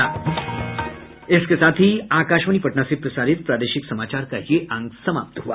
इसके साथ ही आकाशवाणी पटना से प्रसारित प्रादेशिक समाचार का ये अंक समाप्त हुआ